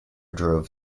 drove